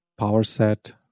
PowerSet